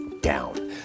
down